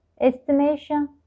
estimation